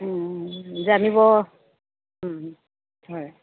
জানিব উম হয়